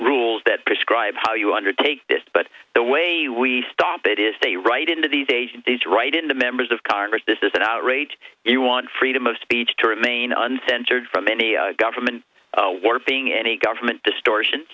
rules that describe how you undertake this but the way we stop it is they write into these days and days right in the members of congress this is an outrage if you want freedom of speech to remain uncensored from any government were being any government distortion